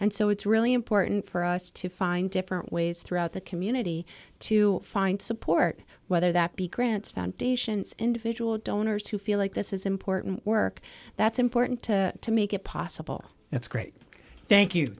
and so it's really important for us to find different ways throughout the community to find support whether that be grants foundations individual donors who feel like this is important work that's important to make it possible that's great thank you